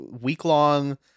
week-long